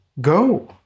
go